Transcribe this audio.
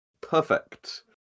Perfect